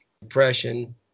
depression